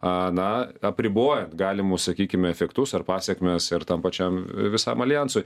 a na apribojant galimus sakykim efektus ar pasekmes ir tam pačiam visam alijansui